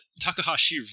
Takahashi